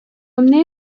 эмне